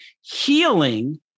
healing